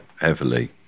heavily